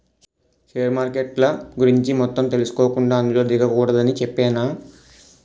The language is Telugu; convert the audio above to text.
షేర్ మార్కెట్ల గురించి మొత్తం తెలుసుకోకుండా అందులో దిగకూడదని చెప్పేనా